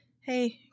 Hey